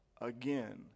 again